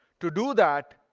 to do that,